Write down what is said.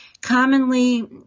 commonly